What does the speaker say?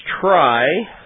try